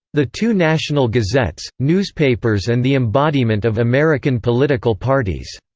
the two national gazettes newspapers and the embodiment of american political parties.